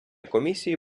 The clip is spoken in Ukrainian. комісії